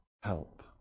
help